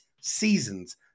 seasons